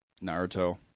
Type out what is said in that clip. Naruto